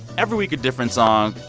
every week, a different song.